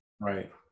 right